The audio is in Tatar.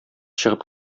чыгып